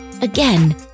Again